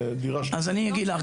אז אני אגיד לך,